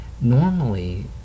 normally